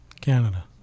Canada